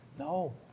No